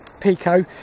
Pico